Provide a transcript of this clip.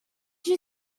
you